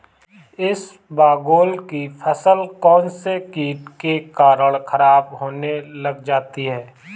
इसबगोल की फसल कौनसे कीट के कारण खराब होने लग जाती है?